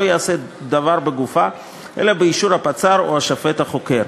לא ייעשה דבר בגופה אלא באישור הפצ"ר או השופט החוקר.